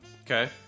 Okay